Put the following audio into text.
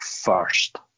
first